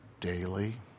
daily